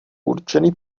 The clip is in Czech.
určeny